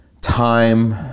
time